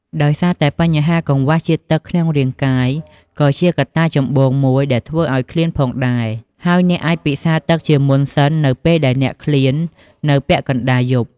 ដោយសារតែបញ្ហាកង្វះជាតិទឹកក្នុងរាង្គកាយក៏ជាកត្តាចម្បងមួយដែលធ្វើឲ្យឃ្លានផងដែរ ហើយអ្នកអាចពិសារទឹកជាមុនសិននៅពេលដែលអ្នកឃ្លាននៅពាក់កណ្តាលយប់។